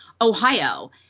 Ohio